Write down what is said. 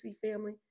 family